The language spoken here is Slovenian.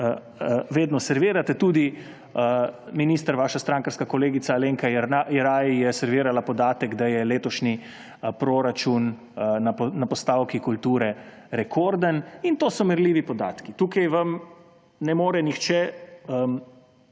vedno servirate. Tudi, minister, vaša strankarska kolegica Alenka Jeraj je servirala podatek, da je letošnji proračun na postavki kulture rekorden. In to so merljivi podatki, tu vam ne more nihče